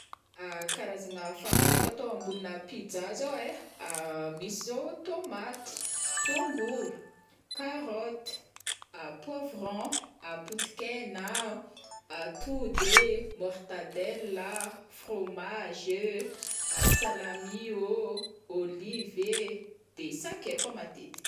karazagna fangaro fatao ambonina pizza zao ai, misy zao o tomaty, tongolo, carotte, poivron, potikena, atody ee, mortadelle a, fromage ee, salami ô, olive e, de sakay koa matetiky.